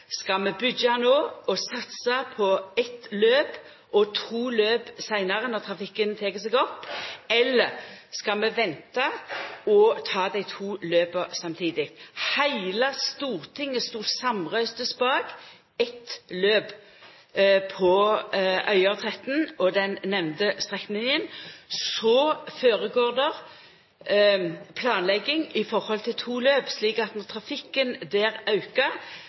Skal vi byggja no og satsa på eitt løp og to løp seinare når trafikken tek seg opp, eller skal vi venta og ta dei to løpa samtidig? Heile Stortinget stod samrøysets bak eitt løp på den nemnde strekninga, Øyer–Tretten. Så føregår det planlegging i forhold til to løp, slik at når trafikken der aukar,